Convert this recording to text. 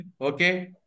Okay